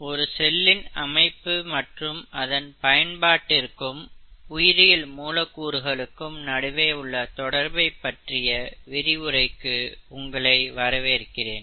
ஒரு செல்லின் அமைப்பு மற்றும் அதன் பயன்பாட்டிற்கும் உயிரியல் மூலக்கூறுகளுக்கும் நடுவே உள்ள தொடர்பைப் பற்றிய விரிவுரைக்கு உங்களை வரவேற்கிறேன்